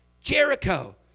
Jericho